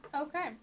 Okay